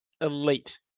elite